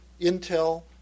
Intel